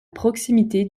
proximité